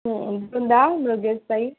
હ વૃંદા મૃગેશભાઈ